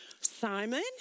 Simon